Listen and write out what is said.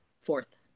fourth